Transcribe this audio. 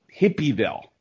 hippieville